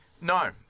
No